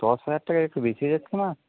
দশ হাজার টাকা একটু বেশি হয়ে যাচ্ছে না